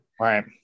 Right